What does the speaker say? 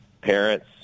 parents